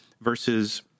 versus